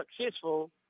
successful